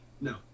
No